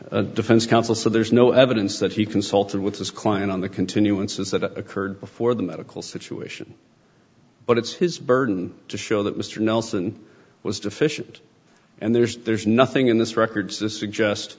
the defense counsel so there's no evidence that he consulted with his client on the continuance is that occurred before the medical situation but it's his burden to show that mr nelson was deficient and there's there's nothing in this record